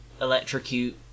electrocute